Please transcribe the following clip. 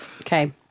Okay